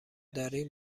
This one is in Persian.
دارین